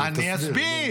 תסביר.